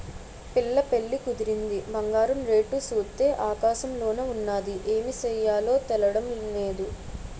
పిల్ల పెళ్లి కుదిరింది బంగారం రేటు సూత్తే ఆకాశంలోన ఉన్నాది ఏమి సెయ్యాలో తెల్డం నేదు